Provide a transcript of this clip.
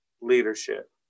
leadership